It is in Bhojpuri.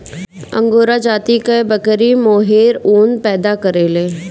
अंगोरा जाति कअ बकरी मोहेर ऊन पैदा करेले